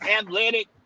athletic